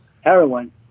heroin